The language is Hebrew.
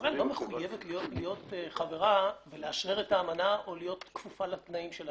ישראל לא מחויבת להיות חברה ולאשרר את האמנה או להיות כפופה לתנאים שלה.